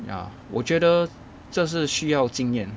ya 我觉得这是需要经验